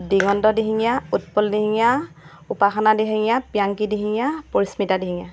Diganta Dihingia Utpal Dihingia Upasana Dihingia Piyanki Dihingia Parismita Dihingia